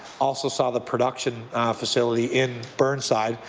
also saw the production facility in burn side.